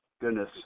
goodness